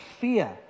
fear